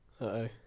Uh-oh